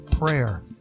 Prayer